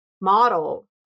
model